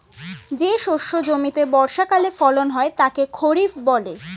যে শস্য জমিতে বর্ষাকালে ফলন হয় তাকে খরিফ বলে